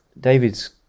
David's